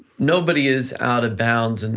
nobody is out of bounds, and